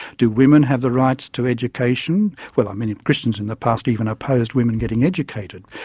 do women have the rights to education? well i mean if christians in the past even opposed women getting educated,